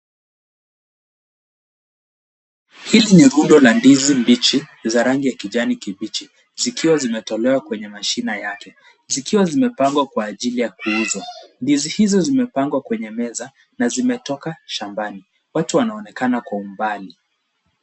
Hizi ni rundo za ndizi mbichi za rangi ya kijani kibichi zikiwa zimetolewa kwenye mashina yake zikiwa zimepangwa kwa ajili ya kuuzwa. Ndizi hizo zimepangwa kwenye meza na zimetoka shambani. Watu wanaonekana kwa umbali.